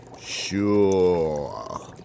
Sure